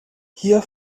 hier